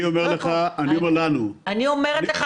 אני אומרת לך